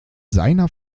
seiner